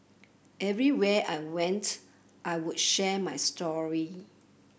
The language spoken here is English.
everywhere I went I would share my story